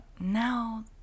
now